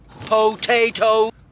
potato